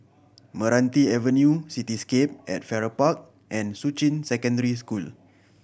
Meranti Avenue Cityscape at Farrer Park and Shuqun Secondary School